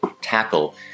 tackle